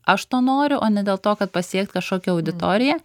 aš to noriu o ne dėl to kad pasiekt kažkokią auditoriją